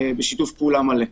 בשיתוף פעולה מלא.